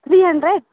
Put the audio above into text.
three hundred